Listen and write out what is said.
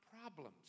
problems